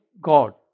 God